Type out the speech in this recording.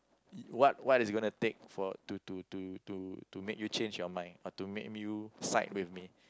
what what is going to take for to to to to make you change your mind or to make you side with me